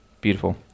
Beautiful